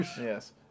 Yes